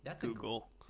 Google